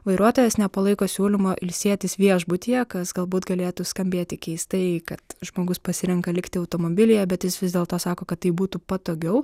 vairuotojas nepalaiko siūlymo ilsėtis viešbutyje kas galbūt galėtų skambėti keistai kad žmogus pasirenka likti automobilyje bet jis vis dėlto sako kad taip būtų patogiau